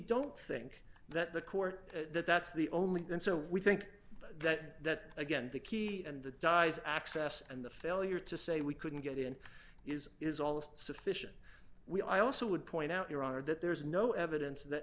don't think that the court that that's the only and so we think that that again the key and the dies access and the failure to say we couldn't get in is is almost sufficient we also would point out here are that there is no evidence that